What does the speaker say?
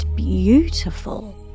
Beautiful